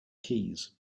keys